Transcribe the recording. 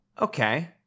Okay